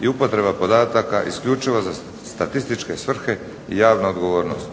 i upotreba podataka za isključivo statističke svrhe i javna odgovornost.